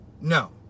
no